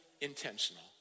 intentional